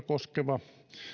koskeva